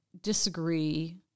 disagree